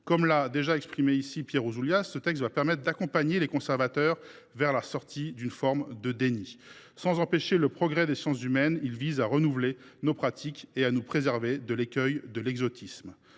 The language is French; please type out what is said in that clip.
Comme Pierre Ouzoulias l’a exprimé, ce texte va permettre d’accompagner les conservateurs vers la sortie d’une forme de déni. Sans empêcher le progrès des sciences humaines, il vise à renouveler nos pratiques et à nous préserver de l’écueil de l’exotisme,